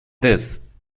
this